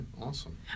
awesome